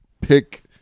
pick